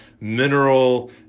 mineral